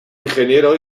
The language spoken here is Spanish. ingeniero